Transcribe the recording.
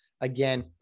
again